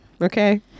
okay